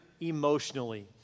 emotionally